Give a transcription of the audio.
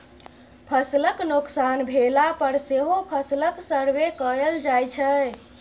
फसलक नोकसान भेला पर सेहो फसलक सर्वे कएल जाइ छै